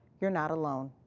you're not alone.